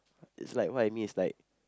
it's like what I mean it's like